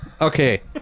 Okay